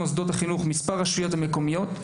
מוסדות החינוך ומספר הרשויות המקומיות,